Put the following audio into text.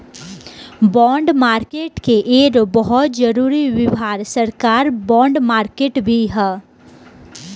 bond market के एगो बहुत जरूरी विभाग सरकार बॉन्ड मार्केट भी ह